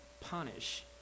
punish